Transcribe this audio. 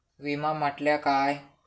विमा म्हटल्या काय?